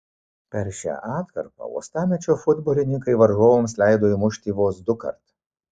per šią atkarpą uostamiesčio futbolininkai varžovams leido įmušti vos dukart